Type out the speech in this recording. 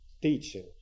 Teaching